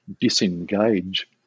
disengage